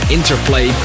Interplay